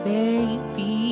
Baby